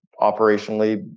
operationally